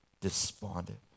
despondent